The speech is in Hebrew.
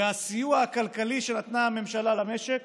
והסיוע הכלכלי שנתנה הממשלה למשק